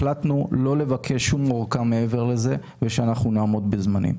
החלטנו לא לבקש שום ארכה מעבר לזה ושאנחנו נעמוד בזנים.